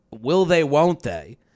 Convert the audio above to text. will-they-won't-they